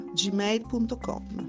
gmail.com